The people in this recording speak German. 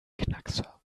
knackser